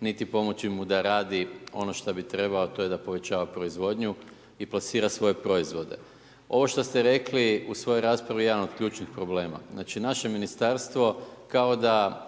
niti pomoći mu da radi ono što bi trebao, a to je da povećava proizvodnju i plasira svoje proizvode. Ovo što ste rekli u svojoj raspravi je jedan od ključnih problema. Znači naše ministarstvo kao da